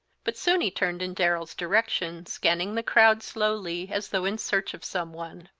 but soon he turned in darrell's direction, scanning the crowd slowly, as though in search of some one.